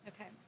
Okay